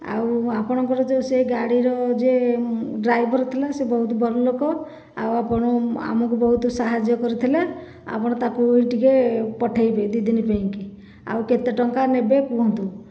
ଆଉ ଆପଣଙ୍କର ଯେଉଁ ସେ ଗାଡ଼ି ର ଯିଏ ଡ୍ରାଇଭର ଥିଲା ସେ ବହୁତ ଭଲ ଲୋକ ଆଉ ଆପଣ ଆମକୁ ବହୁତ ସାହାଯ୍ୟ କରିଥିଲା ଆପଣ ତାକୁ ଟିକେ ପଠେଇବେ ଦୁଇ ଦିନ ପାଇଁ ଆଉ କେତେ ଟଙ୍କା ନେବେ କୁହନ୍ତୁ